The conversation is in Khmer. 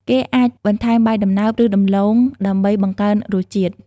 គេអាចបន្ថែមបាយដំណើប ឬដំឡូងដើម្បីបង្កើនរសជាតិ។